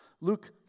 Luke